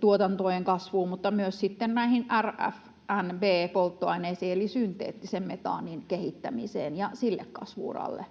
tuotantojen kasvuun kuin myös sitten näihin RFNBO-polttoaineisiin eli synteettisen metaanin kehittämiseen ja sille kasvu-uralle.